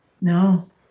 no